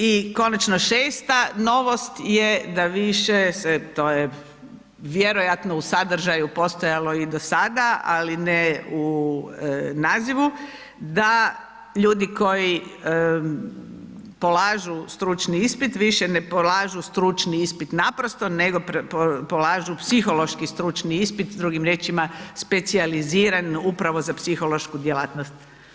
I konačno šesta novost je da više se, to je vjerojatno u sadržaju postoje ali i do sada ali ne u nazivu, da ljudi koji polažu stručni ispit, više ne polažu stručni ispit naprosto nego polažu psihološki stručni ispit drugim riječima, specijaliziran upravo za psihološku djelatnost.